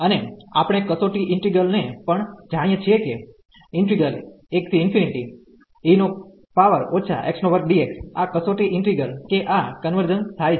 અને આપણે કસોટી ઈન્ટિગ્રલ ને પણ જાણીયે છીએ કે આ કસોટી ઈન્ટિગ્રલ કે આ કન્વર્જન્સ થાય છે